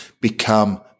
become